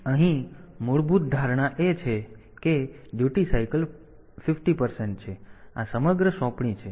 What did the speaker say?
તેથી અહીં મૂળભૂત ધારણા એ છે કે ફરજ ચક્ર 50 ટકા છે તેથી આ સમગ્ર સોંપણી છે